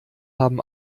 haben